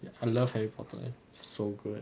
ya I love harry potter and so good